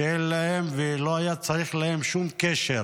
שאין להם ולא היה להם שום קשר